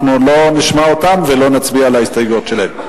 אנחנו לא נשמע אותם ולא נצביע על ההסתייגויות שלהם.